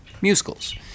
musicals